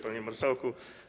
Panie Marszałku!